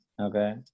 okay